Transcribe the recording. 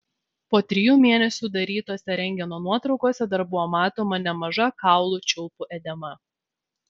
po trijų mėnesių darytose rentgeno nuotraukose dar buvo matoma nemaža kaulų čiulpų edema